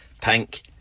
Pink